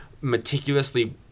meticulously